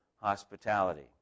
hospitality